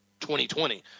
2020